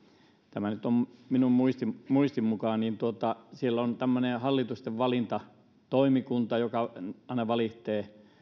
tämä nyt on minun muistini muistini mukaan on tämmöinen hallitustenvalintatoimikunta joka aina valitsee